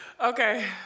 Okay